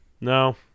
No